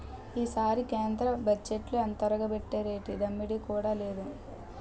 ఈసారి కేంద్ర బజ్జెట్లో ఎంతొరగబెట్టేరేటి దమ్మిడీ కూడా లేదు